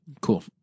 Cool